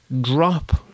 drop